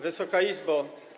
Wysoka Izbo!